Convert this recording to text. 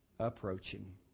Approaching